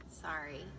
sorry